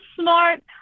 smart